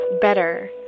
better